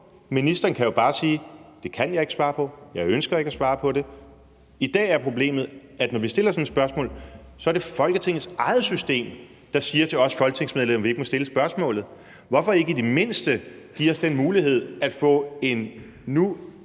Ministeren kan bare sige: Det kan jeg ikke svare på. Jeg ønsker ikke at svare på det. I dag er problemet, at når vi stiller sådan et spørgsmål, er det Folketingets eget system, der siger til os folketingsmedlemmer, at vi ikke må stille spørgsmålet. Hvorfor ikke i det mindste give os den mulighed at få en nu